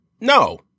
no